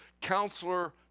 counselor